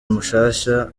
mushasha